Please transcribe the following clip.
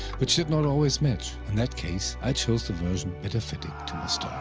which did not always match. in that case, i chose the version better fitting to